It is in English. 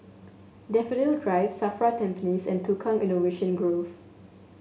Daffodil Drive Safra Tampines and Tukang Innovation Grove